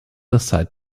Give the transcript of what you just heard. aside